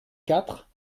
quatre